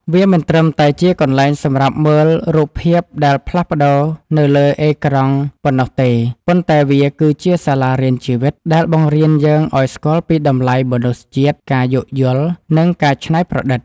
វាមិនត្រឹមតែជាកន្លែងសម្រាប់មើលរូបភាពដែលផ្លាស់ប្តូរនៅលើអេក្រង់ប៉ុណ្ណោះទេ ប៉ុន្តែវាគឺជា សាលារៀនជីវិត ដែលបង្រៀនយើងឱ្យស្គាល់ពីតម្លៃមនុស្សជាតិ ការយោគយល់ និងការច្នៃប្រឌិត។